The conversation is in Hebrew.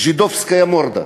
"ז'ידובסקה מורדה".